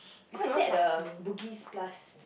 oh is it at the Bugis-Plus